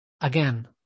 again